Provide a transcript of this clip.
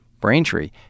Braintree